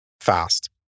fast